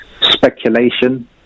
speculation